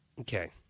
Okay